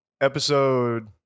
episode